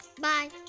bye